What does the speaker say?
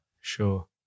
sure